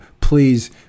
please